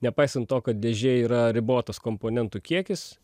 nepaisant to kad dėžėj yra ribotas komponentų kiekis